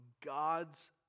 God's